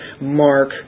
Mark